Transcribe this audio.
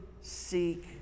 seek